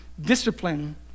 discipline